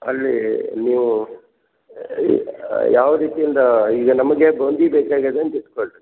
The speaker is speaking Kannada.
ಅಲ್ಲಿ ನೀವೂ ಯಾವ ರೀತಿಯಿಂದ ಈಗ ನಮಗೆ ಬೂಂದಿ ಬೇಕಾಗ್ಯದ ಅಂತ ಇಟ್ಕೊಳ್ಳಿ ರೀ